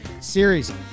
series